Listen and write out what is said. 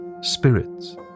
spirits